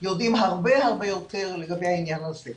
יודעים הרבה הרבה יותר לגבי העניין הזה.